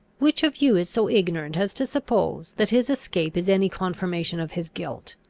which of you is so ignorant as to suppose, that his escape is any confirmation of his guilt?